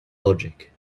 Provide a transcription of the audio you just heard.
logic